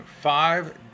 five